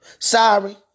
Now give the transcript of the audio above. Sorry